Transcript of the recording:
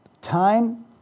time